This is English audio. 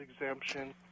exemption